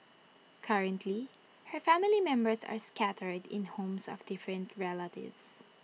currently her family members are scattered in homes of different relatives